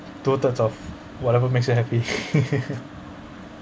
of whatever makes you happy